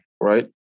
right